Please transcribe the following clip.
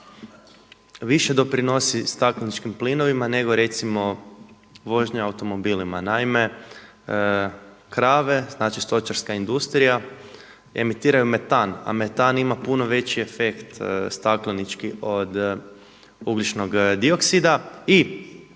više doprinosi stakleničkim plinovima nego recimo vožnja automobilima. Naima, krave, znači stočarska industrija emitiraju metan, a metan ima puno veći efekt staklenički od ugljičnog dioksida i